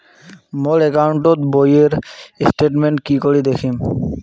মোর account বইয়ের statement কি করি দেখিম?